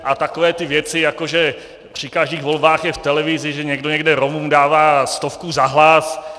A takové ty věci, jako že při každých volbách je v televizi, že někdo někde Romům dává stovku za hlas.